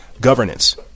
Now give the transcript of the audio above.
governance